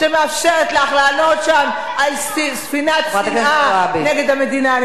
שמאפשר לך לעלות שם על ספינת שנאה נגד המדינה.